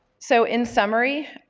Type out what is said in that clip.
so, in summary,